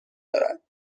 دارد